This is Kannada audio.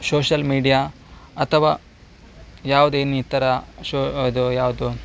ಶೋಷಲ್ ಮೀಡಿಯಾ ಅಥವಾ ಯಾವುದೇ ಇನ್ನಿತರ ಶೋ ಅದು ಯಾವುದು